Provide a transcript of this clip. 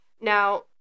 Now